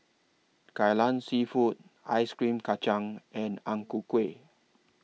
Kai Lan Seafood Ice Cream Kachang and Ang Ku Kueh